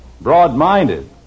Broad-minded